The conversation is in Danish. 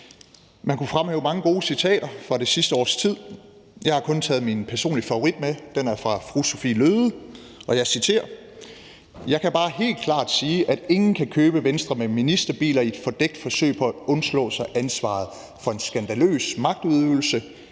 Man kunne fremhæve mange gode citater fra det sidste års tid. Jeg har kun taget min personlige favorit med. Det er fra Sophie Løhde, og jeg citerer: »Jeg kan bare helt klart sige, at ingen kan købe Venstre med ministerbiler i et fordækt forsøg på at undslå sig ansvaret for en skandaløs magtudøvelse.